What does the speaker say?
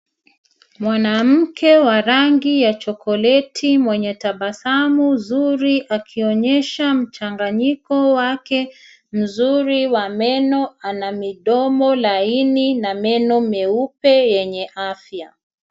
Mwanamke wa rangi ya chokoleti mwenye tabasamu zuri akionyesha mchanganyiko wake nzuri wa meno ana mdomo laini na meno meupe yenye afya.